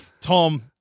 Tom